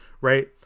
right